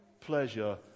pleasure